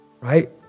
Right